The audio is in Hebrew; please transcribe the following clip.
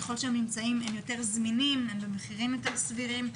ככל שהאמצעים יותר זמינים והמחירים יותר סבירים,